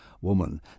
woman